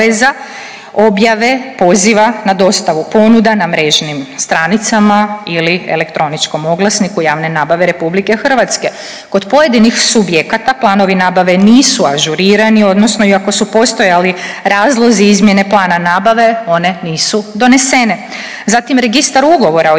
objave poziva na dostavu ponuda na mrežnim stranicama ili Elektroničkom oglasniku javne nabave RH. Kod pojedinih subjekata planovi nabave nisu ažurirani odnosno i ako su postojali razlozi izmjene plana nabave one nisu donesene. Zatim Registar ugovora o